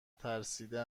ترسیده